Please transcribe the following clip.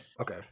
Okay